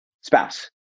spouse